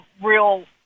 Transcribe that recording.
real